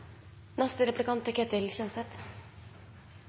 Neste taler er Ketil Kjenseth.